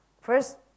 first